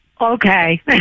Okay